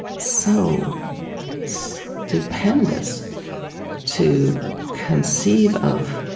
so so stupendous to conceive of